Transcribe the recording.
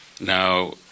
Now